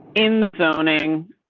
in the zoning